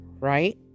Right